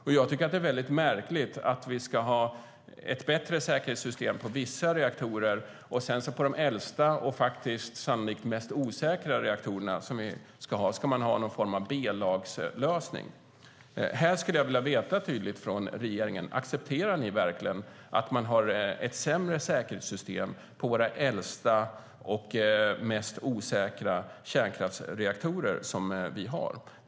Det är mycket märkligt att vi ska ha ett bättre säkerhetssystem för vissa reaktorer medan de äldsta och sannolikt mest osäkra reaktorerna ska få någon form av B-lagslösning.Jag skulle vilja ha ett tydligt svar från regeringen ifall man verkligen accepterar att vi har ett sämre säkerhetssystem i våra äldsta och mest osäkra kärnkraftsreaktorer.